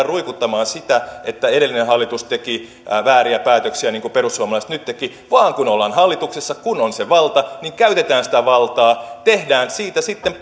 ruikuttamaan sitä että edellinen hallitus teki vääriä päätöksiä niin kuin perussuomalaiset nyt teki vaan kun ollaan hallituksessa kun on se valta niin käytetään sitä valtaa tehdään siitä sitten